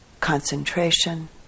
concentration